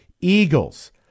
Eagles